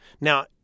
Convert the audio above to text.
Now